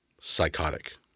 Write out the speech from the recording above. psychotic